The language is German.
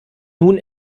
nun